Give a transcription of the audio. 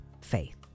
faith